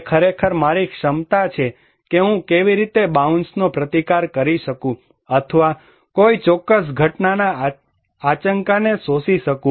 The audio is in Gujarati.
તે ખરેખર મારી ક્ષમતા છે કે હું કેવી રીતે બાઉન્સનો પ્રતિકાર કરી શકું અથવા કોઈ ચોક્કસ ઘટનાના આંચકાને શોષી શકું